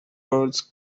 birds